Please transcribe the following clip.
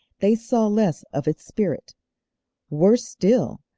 they saw less of its spirit worse still,